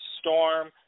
Storm